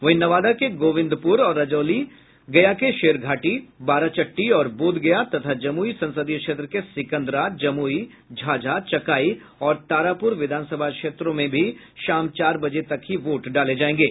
वहीं नवादा के गोविंदपुर और रजौली गया के शेरघाटी बाराचट्टी और बोधगया तथा जमुई संसदीय क्षेत्र के सिंकदरा जमुई झाझा चकाई और तारापुर विधानसभा क्षेत्र में भी शाम चार बजे तक ही वोट डाले जायेंगे